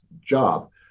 job